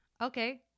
Okay